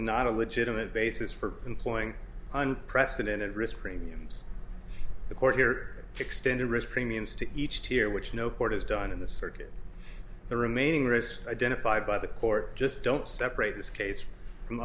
not a legitimate basis for employing unprecedented risk premiums the court here extended risk premiums to each tier which no court has done in the circuit the remaining risks identified by the court just don't separate this case from